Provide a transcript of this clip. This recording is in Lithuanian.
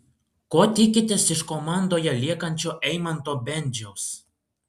ko tikitės iš komandoje liekančio eimanto bendžiaus